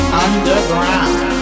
underground